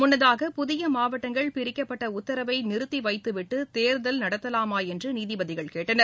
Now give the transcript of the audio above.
முன்னதாக புதிய மாவட்டங்கள் பிரிக்கப்பட்ட உத்தரவை நிறுத்தி வைத்துவிட்டு தேர்தல் நடத்தவாமா என்று நீதிபதிகள் கேட்டனர்